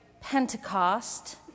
Pentecost